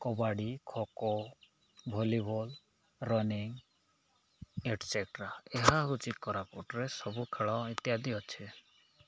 kabaddi kho kho volleyball running etcetera ଏହା ହେଉଛି କୋରାପୁଟରେ ସବୁ ଖେଳ ଇତ୍ୟାଦି ଅଛି